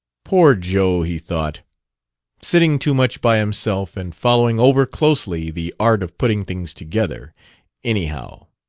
poor joe! he thought sitting too much by himself and following over-closely the art of putting things together anyhow!